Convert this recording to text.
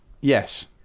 Yes